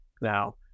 now